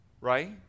Right